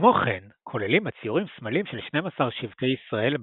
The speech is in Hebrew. כמו כן כוללים הציורים סמלים של שנים עשר שבטי ישראל,